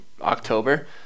October